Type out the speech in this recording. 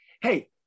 hey